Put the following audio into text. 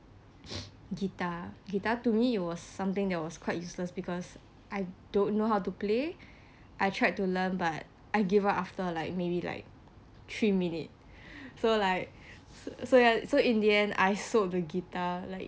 guitar guitar to me it was something that was quite useless because I don't know how to play I tried to learn but I gave up after like maybe like three minutes so like so ya so in the end I sold the guitar like